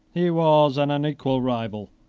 he was an unequal rival,